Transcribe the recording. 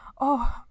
Oh